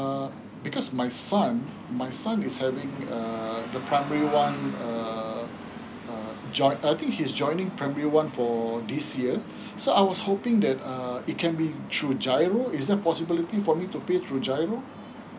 um because my soy my son is having err the primary one uh join uh I think he's joining primary one for this year um so I was hoping that uh it can be through G_I_R_O is there possibility for me to pay through G_I_R_O